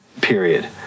period